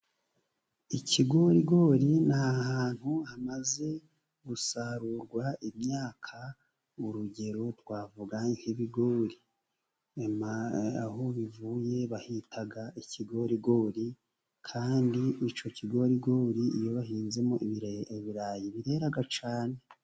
Ikigorigori ni ahantu hamaze gusarurwa imyaka ,urugero twavuga nk'ibigori, aho bivuye bahita ikigorigori ,kandi icyo kigorigori iyo bahinzemo ibirayi ,birera cyane.